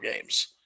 games